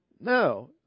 No